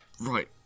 Right